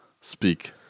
speak